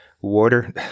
Water